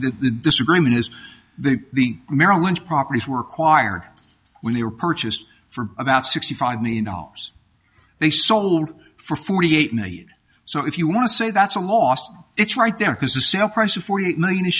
the disagreement is the merrill lynch properties were acquired when they were purchased for about sixty five million dollars they sold for forty eight million so if you want to say that's a loss it's right there because the sale price of forty eight million is